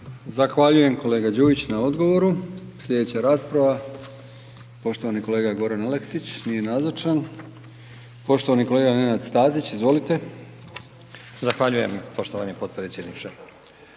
Zahvaljujem kolega Đujić na odgovoru. Sljedeća rasprava poštovani kolega Goran Aleksić, nije nazočan. Poštovani kolega Nenad Stazić, izvolite. **Stazić, Nenad (SDP)** Zahvaljujem poštovani potpredsjedniče.